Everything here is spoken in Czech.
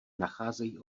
nacházejí